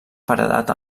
paredat